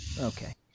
Okay